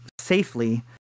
safely